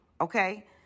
okay